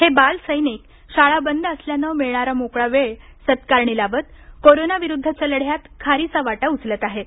हे बालसैनिक शाळा बंद असल्यानं मिळणारा मोकळा वेळ सत्कारणी लावत कोरोनाविरुद्धच्या लढ्यात खारीचा वाटा उचलताहेत